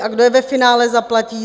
A kdo je ve finále zaplatí?